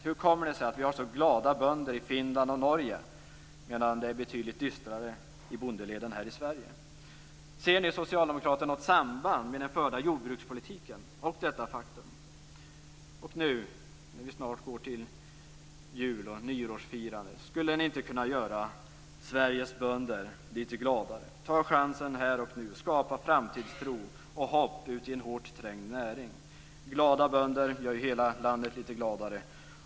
Hur kommer det sig att bönderna i Finland och i Norge är så glada, medan det är betydligt dystrare i bondeleden här i Sverige? Ser ni socialdemokrater något samband mellan den förda jordbrukspolitiken och detta faktum? När vi nu snart ska fira jul och nyår, skulle ni då inte kunna göra Sveriges bönder lite gladare? Ta chansen här och nu och skapa framtidstro och hopp ute i en hårt trängd näring. Glada bönder gör ju hela landet lite gladare.